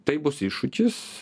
tai bus iššūkis